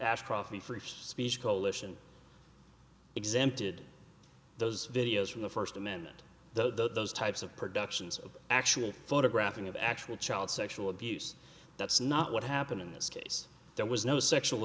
ashcroft and for if speech coalition exempted those videos from the first amendment the those types of productions of actually photographing of actual child sexual abuse that's not what happened in this case there was no sexual